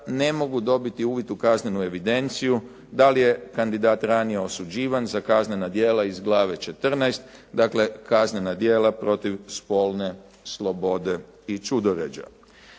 ne mogu dobiti uvid u kaznenu evidenciju da li je kandidat ranije osuđivan za kaznena djela iz glave 14, dakle kaznena djela protiv spolne slobode i ćudoređa.